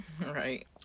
Right